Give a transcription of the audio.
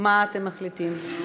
מה אתם מחליטים?